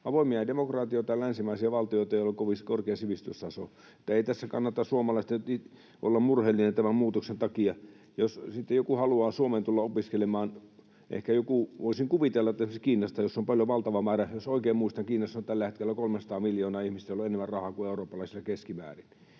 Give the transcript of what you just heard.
avoimia demokratioita, länsimaisia valtioita, joilla on korkea sivistystaso. Että ei tässä kannata suomalaisten olla murheellisia tämän muutoksen takia. Jos sitten joku haluaa Suomeen tulla opiskelemaan, ehkä joku... Voisin kuvitella, että tulisi esimerkiksi Kiinasta, jossa on paljon, valtava määrä, ihmisiä — jos oikein muistan, Kiinassa on tällä hetkellä 300 miljoonaa ihmistä, joilla on enemmän rahaa kuin eurooppalaisilla keskimäärin.